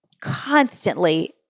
constantly